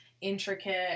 Intricate